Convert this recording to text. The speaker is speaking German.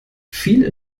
viel